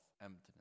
emptiness